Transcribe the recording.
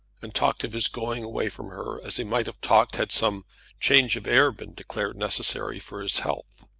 and talked of his going away from her as he might have talked had some change of air been declared necessary for his health.